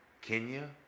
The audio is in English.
Kenya